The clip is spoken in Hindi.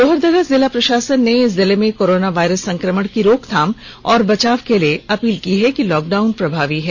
लोहरदगा जिला प्रशासन ने जिले में कोरोना वायरस संक्रमण की रोकथाम एवम बचाव के लिए अपील करते हए कहा है कि लॉक डाउन प्रभावी है